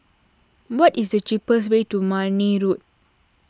what is the cheapest way to Marne Road